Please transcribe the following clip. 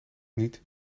niet